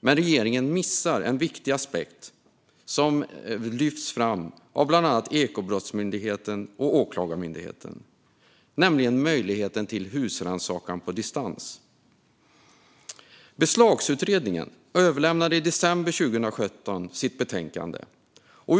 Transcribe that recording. Men regeringen missar en viktig aspekt som lyfts fram av bland annat Ekobrottsmyndigheten och Åklagarmyndigheten, nämligen möjligheten till husrannsakan på distans. Beslagsutredningen överlämnade i december 2017 sitt betänkande.